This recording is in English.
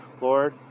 Lord